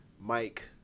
Mike